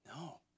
No